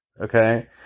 okay